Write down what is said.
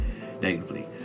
negatively